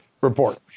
report